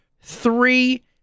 three